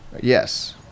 Yes